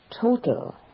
total